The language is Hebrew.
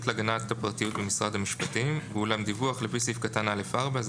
להגנת הפרטיות במשרד המשפטים ואולם דיווח לפי סעיף קטן (א4) זה